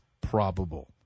probable